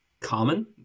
Common